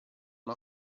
una